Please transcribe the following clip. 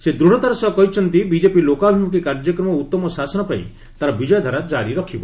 ସେ ଦୂଢ଼ତାର ସହ କହିଛନ୍ତି ବିଜେପି ଲୋକାଭିମୁଖୀ କାର୍ଯ୍ୟକ୍ରମ ଓ ଉତ୍ତମ ଶାସନ ପାଇଁ ତା'ର ବିଜୟଧାରା ଜାରି ରଖିବ